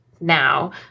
now